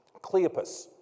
Cleopas